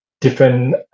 different